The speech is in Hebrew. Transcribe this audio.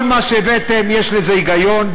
כל מה שהבאתם, יש לזה היגיון.